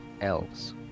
elves